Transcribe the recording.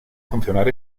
funcionar